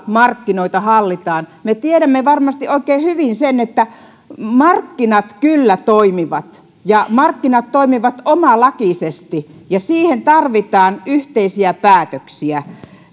markkinoita hallitaan me tiedämme varmasti oikein hyvin sen että markkinat kyllä toimivat ja markkinat toimivat omalakisesti ja siihen tarvitaan yhteisiä päätöksiä